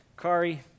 Kari